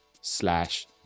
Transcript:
slash